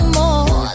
more